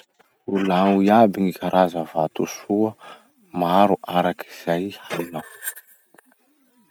Volagno iaby gny karaza vatosoa maro arak'izay hainao.